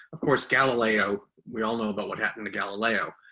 of course, galileo, we all know about what happened to galileo.